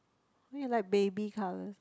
I mean you like baby colours